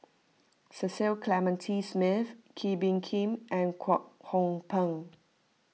Cecil Clementi Smith Kee Bee Khim and Kwek Hong Png